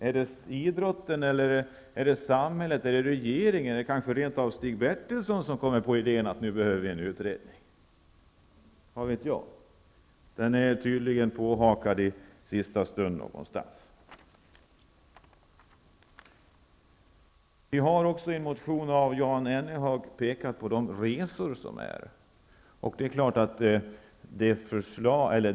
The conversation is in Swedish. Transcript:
Är det idrotten, samhället, regeringen eller kanske rent av Stig Bertilsson som skall komma på idén, att nu behöver vi en utredning? Vad vet jag? Den här meningen blev tydligen i sista stund påhakad någonstans. Vänsterpartiet har i en motion av Jan Jennehag också pekat på frågan om resorna.